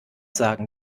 sagen